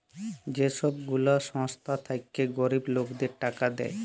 যে ছব গুলা সংস্থা থ্যাইকে গরিব লকদের টাকা দেয়